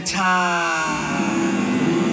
time